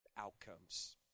outcomes